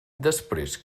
després